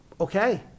okay